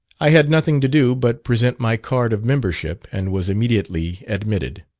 i had nothing to do but present my card of membership, and was immediately admitted.